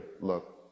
look